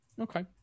okay